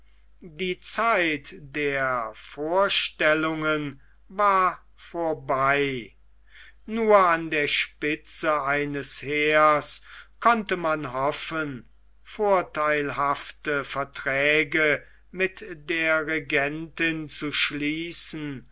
die zeit der vorstellungen war vorbei nur an der spitze eines heers konnte man hoffen vorteilhafte verträge mit der regentin zu schließen